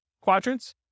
quadrants